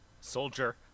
Soldier